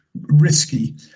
risky